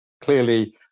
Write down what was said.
Clearly